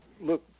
look